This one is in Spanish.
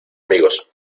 amigos